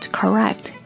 correct